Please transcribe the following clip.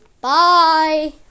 Bye